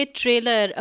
trailer